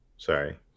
Sorry